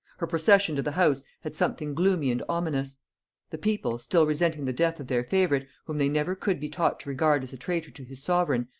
her procession to the house had something gloomy and ominous the people, still resenting the death of their favorite, whom they never could be taught to regard as a traitor to his sovereign,